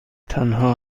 تنها